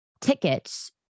tickets